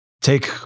take